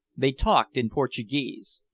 they talked in portuguese.